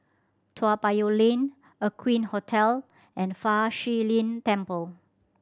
Toa Payoh Lane Aqueen Hotel and Fa Shi Lin Temple